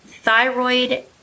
Thyroid